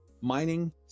mining